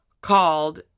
called